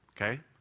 Okay